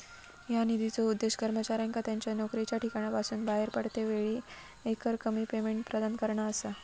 ह्या निधीचो उद्देश कर्मचाऱ्यांका त्यांच्या नोकरीच्या ठिकाणासून बाहेर पडतेवेळी एकरकमी पेमेंट प्रदान करणा असा